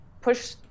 push